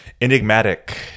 enigmatic